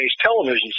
television